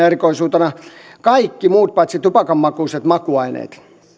erikoisuutena kaikki muut paitsi tupakanmakuiset makuaineet